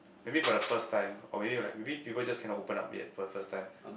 maybe for the first time or maybe will like maybe people just cannot open up yet for the first time